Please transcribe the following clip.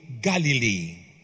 galilee